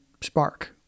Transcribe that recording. spark